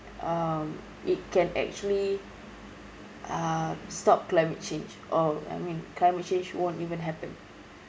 um it can actually uh stop climate change or I mean climate change won't even happen